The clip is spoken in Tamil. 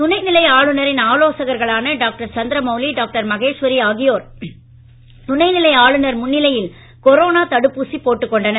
துணைநிலை ஆளுநரின் ஆலோசகர்களான டாக்டர் சந்திரமவுலி டாக்டர் மகேஸ்வரி ஆகியோர் துணைநிலை ஆளுநர் முன்னிலையில் கொரோனா தடுப்பூசி போட்டுக் கொண்டனர்